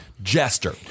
Jester